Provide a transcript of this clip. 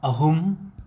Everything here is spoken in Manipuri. ꯑꯍꯨꯝ